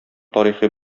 тарихи